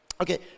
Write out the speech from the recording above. Okay